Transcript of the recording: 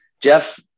Jeff